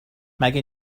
مگه